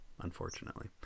unfortunately